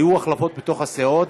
היו החלפות בתוך הסיעות,